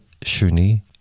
Shuni